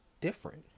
different